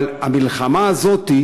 אבל המלחמה הזאת,